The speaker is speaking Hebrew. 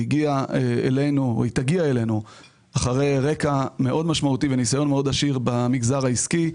היא תגיע אלינו עם רקע משמעותי מאוד וניסיון עשיר מאוד במגזר העסקי.